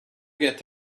get